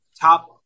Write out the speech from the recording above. top